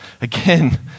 Again